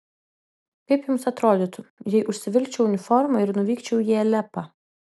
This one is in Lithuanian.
kaip jums atrodytų jei užsivilkčiau uniformą ir nuvykčiau į alepą